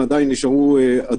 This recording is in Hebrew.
נכון.